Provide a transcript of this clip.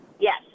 Yes